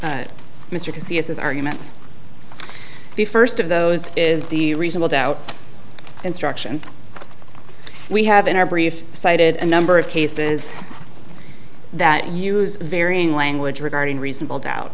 to mr casey as his arguments the first of those is the reasonable doubt instruction we have in our brief cited a number of cases that use varying language regarding reasonable doubt